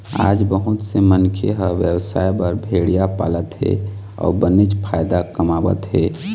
आज बहुत से मनखे ह बेवसाय बर भेड़िया पालत हे अउ बनेच फायदा कमावत हे